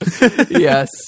Yes